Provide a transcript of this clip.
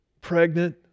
pregnant